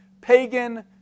pagan